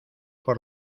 por